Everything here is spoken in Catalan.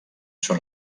són